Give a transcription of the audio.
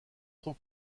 trop